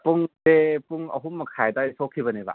ꯄꯨꯡꯁꯦ ꯄꯨꯡ ꯑꯍꯨꯝ ꯃꯈꯥꯏ ꯑꯗꯥꯏ ꯁꯣꯛꯈꯤꯕꯅꯦꯕ